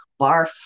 barf